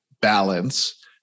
balance